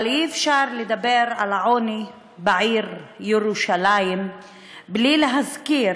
אבל אי-אפשר לדבר על העוני בעיר ירושלים בלי להזכיר